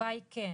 התשובה היא כן.